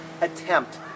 attempt